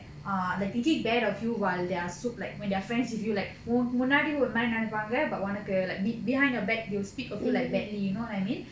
err like thinking bad of you while they are so like when they're friends with you like உன் முன்னாடி ஒரு மாறி நடந்துப்பாங்க:un munnadi oru maari nadanthuppaanga but உனக்கு:unakku like behind your back they will speak of you like badly you know what I mean